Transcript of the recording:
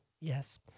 Yes